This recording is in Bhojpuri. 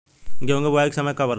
गेहूँ के बुवाई के समय कब तक रहेला?